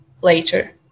later